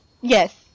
Yes